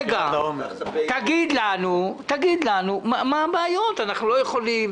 תגיד לנו מה הבעיות: "אנחנו לא יכולים,